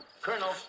Colonel